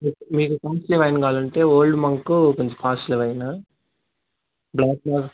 మీకు MC wine కావాలంటే Old Monk కొంచెం కాస్టలీ వైన్ బ్లాక్ డాగ్